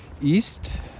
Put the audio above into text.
East